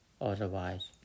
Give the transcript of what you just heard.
otherwise